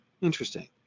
interesting